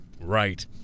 Right